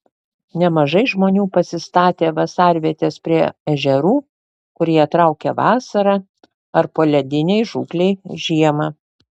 nemažai žmonių pasistatė vasarvietes prie ežerų kur jie traukia vasarą ar poledinei žūklei žiemą